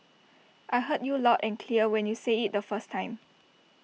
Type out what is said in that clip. I heard you loud and clear when you said IT the first time